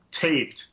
taped